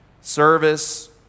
service